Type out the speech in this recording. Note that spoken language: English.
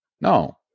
No